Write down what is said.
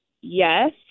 yes